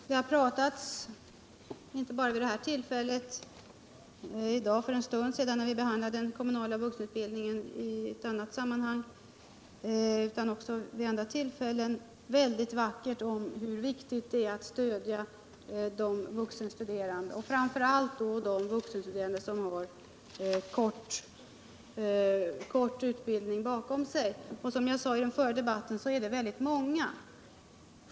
Herr talman! Inte bara i samband med behandlingen av frågan om den kommunala vuxenutbildningen i annat sammanhang för en stund sedan utan också vid andra tillfällen har det talats mycket vackert om hur viktigt det är att stödja de vuxenstuderande, framför allt dem som har kort utbildning bakom sig. Som jag sade i den förra debatten är dessa väldigt många.